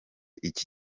iki